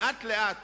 לאט לאט,